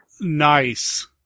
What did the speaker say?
Nice